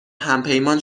همپیمان